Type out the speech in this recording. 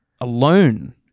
alone